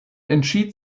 entschied